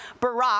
Barack